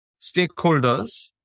stakeholders